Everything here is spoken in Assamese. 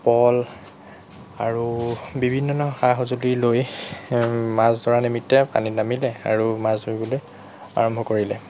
পল আৰু বিভিন্ন ধৰণৰ সা সঁজুলি লৈ মাছ ধৰাৰ নিমিত্তে পানীত নামিলে আৰু মাছ ধৰিবলৈ আৰম্ভ কৰিলে